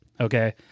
okay